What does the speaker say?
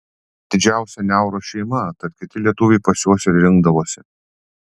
didžiausia niauros šeima tad kiti lietuviai pas juos ir rinkdavosi